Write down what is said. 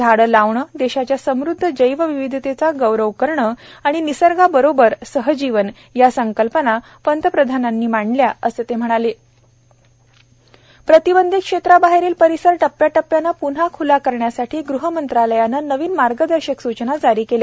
झाडं लावणं देशाच्या समृद्ध जैवविविधतेचा गौरव करणं आणि निसर्गाबरोबर सहजीवन या संकल्पना पंतप्रधानानी मांडल्या असं ते म्हणाले प्रतिबंधित क्षेत्राबाहेरील परिसर टप्प्याटप्प्याने पून्हा ख्ला करण्यासाठी गृह मंत्रालयाने नवीन मार्गदर्शक सूचना जारी केल्या